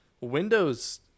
Windows